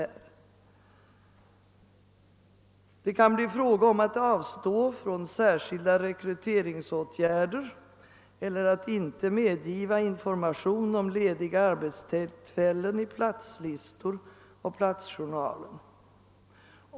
Jag ber, herr talman, att få citera ur vår motion: »Det kan bli fråga om att avstå från särskilda rekryteringsåtgärder eller att inte medgiva information om lediga arbetstillfällen i platslistor och Platsjournalen.